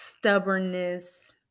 Stubbornness